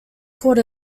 called